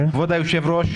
היושב-ראש,